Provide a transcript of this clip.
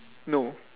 no